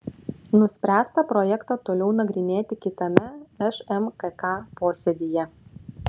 nuspręsta projektą toliau nagrinėti kitame šmkk posėdyje